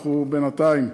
אנחנו בינתיים,